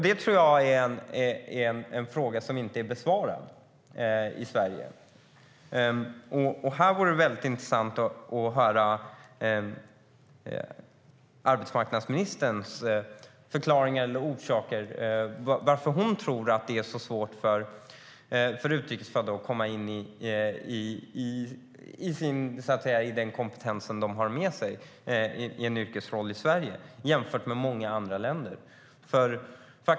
Det tror jag är en fråga som inte är besvarad i Sverige. Här vore det intressant att höra arbetsmarknadsministerns förklaring eller orsaker, varför hon tror att det är så svårt för utrikes födda att komma in i en yrkesroll i Sverige med den kompetens som de har med sig jämfört med många andra länder.